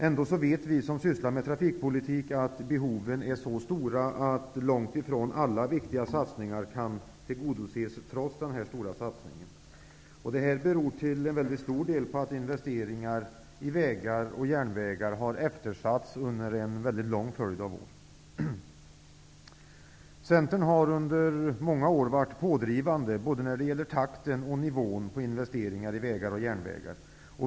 Ändå vet vi som sysslar med trafikpolitik att behoven är så stora och många att långt ifrån alla kan tillgodoses, trots denna stora satsning. Detta beror till stor del på att investeringar i vägar och järnvägar har eftersatts under en lång följd av år. Centern har under många år varit pådrivande när det gäller både takten och nivån på investeringar i vägar och järnvägar.